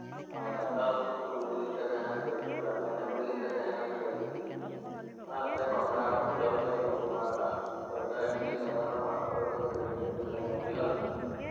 ᱫᱟᱠᱟ ᱩᱛᱩ ᱞᱳ ᱞᱟᱹᱜᱤᱫᱛᱮ ᱛᱟᱦᱮᱱᱟ ᱠᱟᱹᱲᱪᱩ ᱫᱟᱠᱟ ᱡᱚᱢ ᱞᱟᱹᱜᱤᱫ ᱛᱟᱦᱮᱱᱟ ᱛᱷᱟᱨᱤ ᱥᱮ ᱯᱟᱛᱲᱟ ᱨᱮᱦᱚᱸ ᱠᱚ ᱡᱚᱢ ᱜᱮᱭᱟ ᱵᱟᱯᱞᱟ ᱠᱚᱨᱮ ᱫᱚ ᱮᱢᱱᱤ ᱥᱟᱫᱷᱟᱨᱚᱱ ᱚᱲᱟᱜ ᱠᱚᱨᱮ ᱫᱚ ᱛᱷᱟᱹᱨᱤ ᱨᱮᱜᱮ ᱫᱟᱠᱟ ᱡᱚᱢ ᱦᱳᱭᱳᱜᱼᱟ